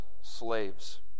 slaves